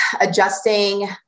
adjusting